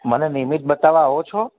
મને નિયમિત બતાવા આવો છો